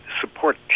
support